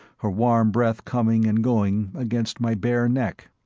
her warm breath coming and going against my bare neck.